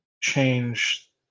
change